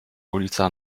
ulica